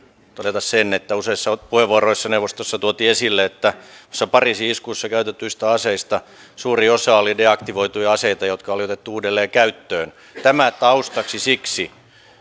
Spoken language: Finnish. todeta sen että useissa puheenvuoroissa neuvostossa tuotiin esille että pariisin iskussa käytetyistä aseista suuri osa oli deaktivoituja aseita jotka oli otettu uudelleen käyttöön tämä taustaksi siksi